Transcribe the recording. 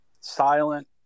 Silent